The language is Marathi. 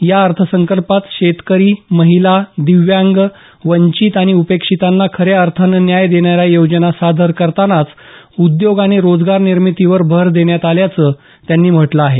या अर्थसंकल्पात शेतकरी महिला दिव्यांग वंचित उपेक्षितांना खऱ्या अर्थानं न्याय देणाऱ्या योजना सादर करतानाच उद्योग आणि रोजगारनिर्मितीवर भर देण्यात आल्याचं त्यांनी म्हटलं आहे